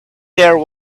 there